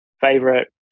favorite